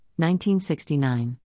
1969